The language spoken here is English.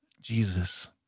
Jesus